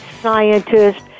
scientists